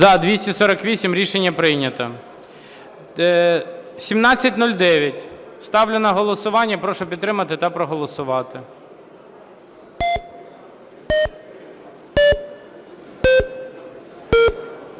За-248 Рішення прийнято. 1709. Ставлю на голосування. Прошу підтримати та проголосувати.